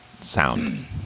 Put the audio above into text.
sound